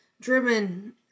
driven